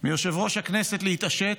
מיושב-ראש הכנסת להתעשת,